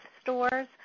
stores